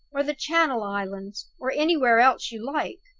or the channel islands, or anywhere else you like.